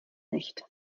nicht